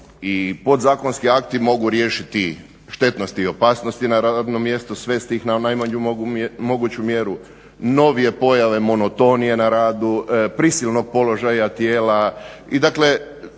i podzakonski akti mogu riješiti štetnosti i opasnosti na radnom mjestu, svesti ih na najmanju moguću mjeru, novije pojave monotonije na radu, prisilnog položaja tijela